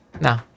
No